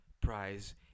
Prize